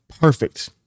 perfect